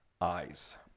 eyes